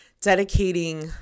dedicating